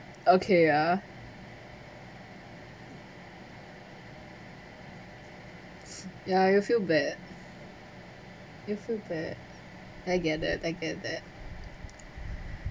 okay ah ya you feel bad you feel bad I get that I get that